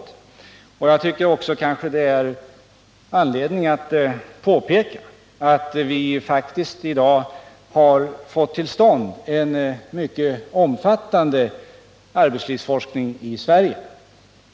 Jag tycker också det finns anledning att påpeka att vi i dag har fått till stånd en mycket omfattande arbetslivsforskning i Sverige.